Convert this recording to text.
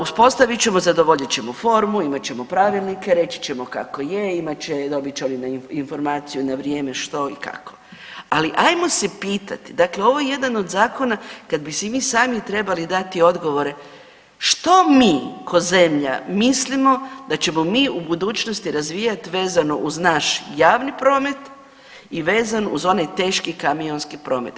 Uspostavit ćemo, zadovoljit ćemo formu, imat ćemo pravilnike, reći ćemo kako je, imat će, dobit će oni informaciju na vrijeme što i kako, ali ajmo se pitati, dakle ovo je jedan od zakona kad bi si mi sami trebali dati odgovore što mi ko zemlja mislimo da ćemo mi u budućnosti razvijati vezano uz naš javni promet i vezan uz onaj teški kamionski promet.